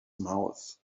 mouth